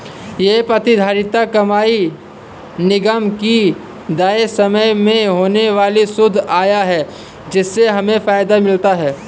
ये प्रतिधारित कमाई निगम की तय समय में होने वाली शुद्ध आय है जिससे हमें फायदा मिलता है